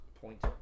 Point